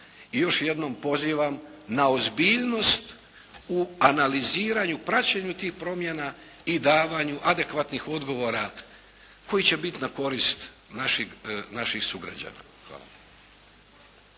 I još jednom pozivam na ozbiljnost u analiziranju, praćenju tih promjena i davanju adekvatnih odgovora koji će biti na korist naših sugrađana. Hvala.